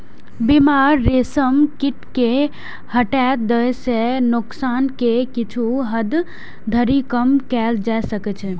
बीमार रेशम कीट कें हटा दै सं नोकसान कें किछु हद धरि कम कैल जा सकै छै